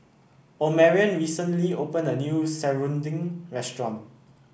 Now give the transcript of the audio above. Omarion recently opened a new serunding restaurant